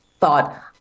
thought